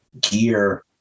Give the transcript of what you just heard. gear